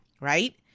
right